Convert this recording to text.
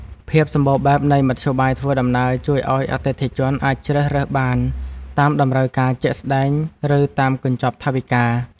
ភាពសម្បូរបែបនៃមធ្យោបាយធ្វើដំណើរជួយឱ្យអតិថិជនអាចជ្រើសរើសបានតាមតម្រូវការជាក់ស្ដែង ឬតាមកញ្ចប់ថវិកា។